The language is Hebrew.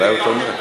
אולי הוא תומך.